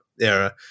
era